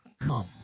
come